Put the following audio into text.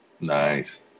Nice